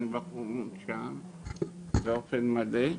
אני בחור מונשם באופן מלא.